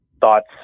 thoughts